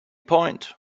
point